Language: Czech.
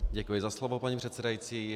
Děkuji za slovo, paní předsedající.